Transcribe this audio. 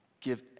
give